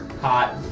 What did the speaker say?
Hot